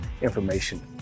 information